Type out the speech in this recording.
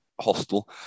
hostel